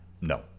No